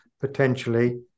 potentially